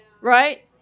Right